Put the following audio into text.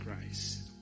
Christ